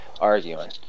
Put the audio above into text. arguing